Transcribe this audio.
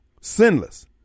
sinless